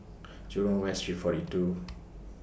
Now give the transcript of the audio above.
Jurong West Street forty two